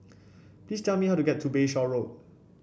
please tell me how to get to Bayshore Road